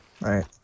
right